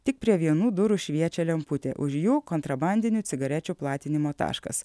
tik prie vienų durų šviečia lemputė už jų kontrabandinių cigarečių platinimo taškas